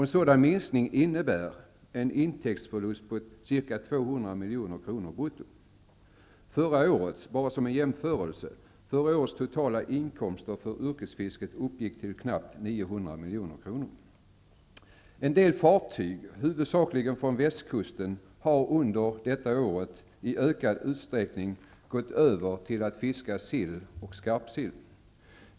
En sådan minskning innebär en intäktsförlust på ca 200 milj.kr. brutto. Som en jämförelse uppgick förra årets totala inkomster för yrkesfisket till knappt 900 En del fartyg, huvudsakligen från Västkusten, har under detta år i ökad utsträckning gått över till att fiska sill och skarpsill.